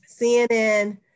cnn